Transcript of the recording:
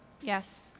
Yes